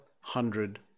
hundred